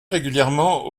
régulièrement